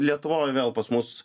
lietuvoj vėl pas mus